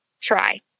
try